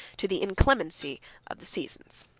to the inclemency of the seasons.